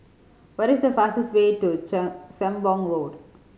what is the fastest way to Sembong Road